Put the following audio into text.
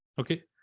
okay